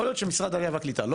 יכול להיות שמשרד העלייה והקליטה לא